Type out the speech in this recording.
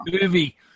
Movie